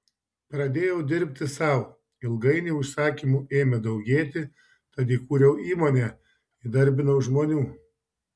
pradėjau dirbti sau ilgainiui užsakymų ėmė daugėti tad įkūriau įmonę įdarbinau žmonių